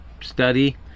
study